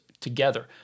together